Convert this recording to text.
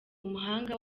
umuhanga